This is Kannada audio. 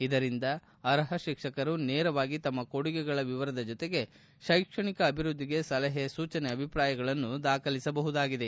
ಇದರಿಂದ ಅರ್ಷ ಶಿಕ್ಷಕರು ನೇರವಾಗಿ ತಮ್ನ ಕೊಡುಗೆಗಳ ವಿವರದ ಜತೆಗೆ ಶೈಕ್ಷಣಿಕ ಅಭಿವ್ಯದ್ಧಿಗೆ ಸಲಹೆ ಸೂಜನೆ ಅಭಿಪ್ರಾಯಗಳನ್ನು ದಾಖಲಿಸಬಹುದಾಗಿದೆ